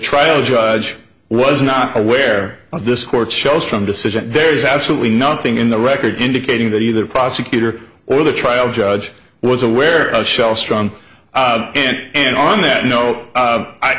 trial judge was not aware of this court shows from decision there's absolutely nothing in the record indicating that either prosecutor or the trial judge was aware of shell strong and on that no